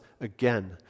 again